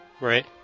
Right